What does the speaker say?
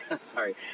sorry